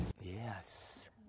Yes